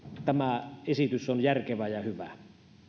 tämä esitys on järkevä ja hyvä